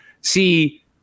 see